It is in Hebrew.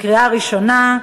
לקריאה ראשונה.